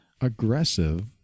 aggressive